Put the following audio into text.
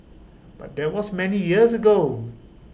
but that was many years ago